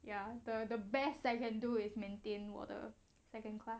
ya the the best that I can do is maintained 我的 second class